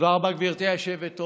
תודה רבה, גברתי היושבת-ראש.